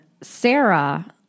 Sarah